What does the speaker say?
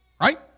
Right